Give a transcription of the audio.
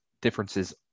differences